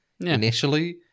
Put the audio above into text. initially